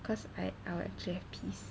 cause I I'll actually have peace